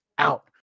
out